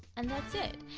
and that's it.